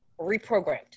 reprogrammed